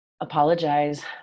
apologize